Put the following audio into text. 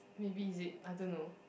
maybe is it I don't know